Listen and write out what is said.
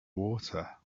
water